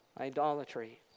idolatry